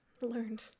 Learned